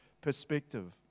perspective